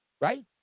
right